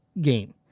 game